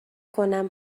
کنم